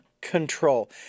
control